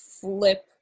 flip